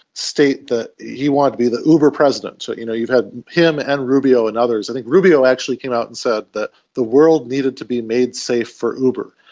state that he wanted to be the uber president. so you know you've had him and rubio and others, i think rubio actually came out and said that the world needed to be made safe for uber.